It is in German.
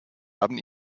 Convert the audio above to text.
haben